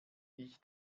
ich